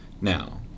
Now